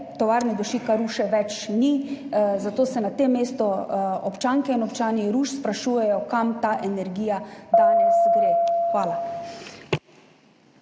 Tovarne dušika Ruše več ni, zato se na tem mestu občanke in občani Ruš sprašujejo, kam ta energija danes gre. Hvala.